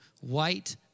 white